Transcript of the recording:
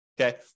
okay